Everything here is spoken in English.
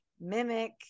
Mimic